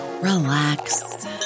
relax